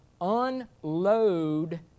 unload